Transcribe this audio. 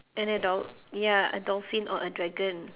and a dol~ ya a dolphin or a dragon